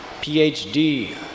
phd